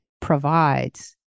provides